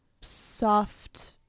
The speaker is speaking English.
soft